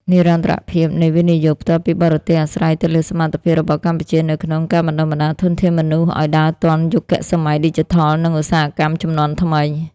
និរន្តរភាពនៃ វិនិយោគផ្ទាល់ពីបរទេស អាស្រ័យទៅលើសមត្ថភាពរបស់កម្ពុជានៅក្នុងការបណ្ដុះបណ្ដាលធនធានមនុស្សឱ្យដើរទាន់ "យុគសម័យឌីជីថល" និងឧស្សាហកម្មជំនាន់ថ្មី។